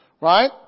Right